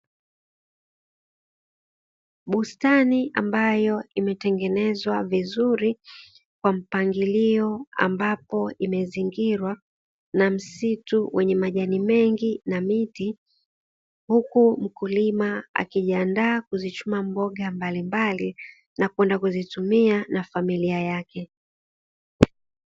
Bustani ambayo imetengenezwa vizuri kwa mpangilio ambapo imezingirwa na msitu wa majani mengi na miti, huku mkulima akijiandaa kuzichuma mboga mbalimbali na kwenda kuzitumia na familia yake.